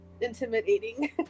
intimidating